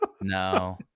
no